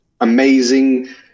amazing